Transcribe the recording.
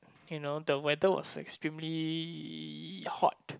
you know the weather was extremely hot